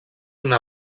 una